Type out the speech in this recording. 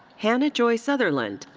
hannah joy sutherland,